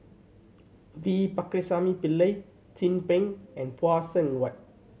V Pakirisamy Pillai Chin Peng and Phay Seng Whatt